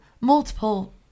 multiple